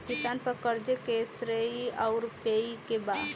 किसान पर क़र्ज़े के श्रेइ आउर पेई के बा?